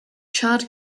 chad